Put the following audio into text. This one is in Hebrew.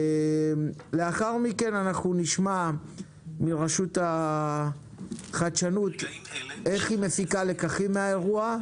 לאחר מכן נשמע מרשות החדשנות איך היא מפיקה לקחים מהאירוע,